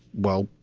well,